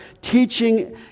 teaching